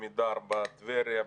עמידר בטבריה,